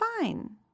fine